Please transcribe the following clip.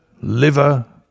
liver